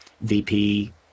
VP